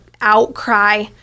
outcry